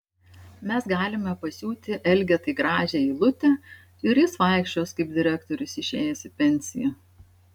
mes galime pasiūti elgetai gražią eilutę ir jis vaikščios kaip direktorius išėjęs į pensiją